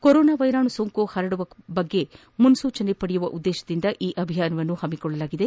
corona ವ್ಯೆರಾಣು ಸೋಂಕು ಹರಡುವ ಕುರಿತು ಮುನ್ನೂಚನೆ ಪಡೆಯುವ ಉದ್ದೇಶದಿಂದ ಈ ಅಭಿಯಾನವನ್ನು ಹಮ್ಮಿಕೊಳ್ಟಲಾಗಿದೆ